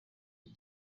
iki